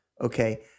Okay